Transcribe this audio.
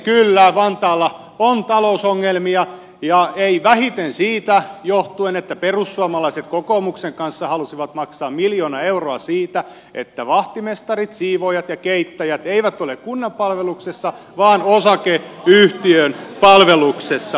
kyllä vantaalla on talousongelmia ei vähiten siitä johtuen että perussuomalaiset kokoomuksen kanssa halusivat maksaa miljoona euroa siitä että vahtimestarit siivoojat ja keittäjät eivät ole kunnan palveluksessa vaan osakeyhtiön palveluksessa